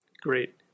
Great